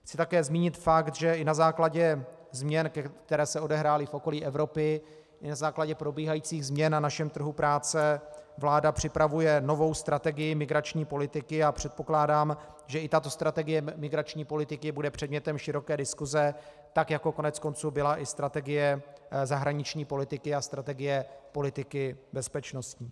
Chci také zmínit fakt, že i na základě změn, které se odehrály v okolí Evropy, i na základě probíhajících změn na našem trhu práce vláda připravuje novou strategii migrační politiky a předpokládám, že i tato strategie migrační politiky bude předmětem široké diskuse, tak jako koneckonců byla i strategie zahraniční politiky a strategie politiky bezpečnostní.